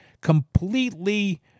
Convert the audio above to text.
completely